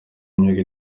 imyuga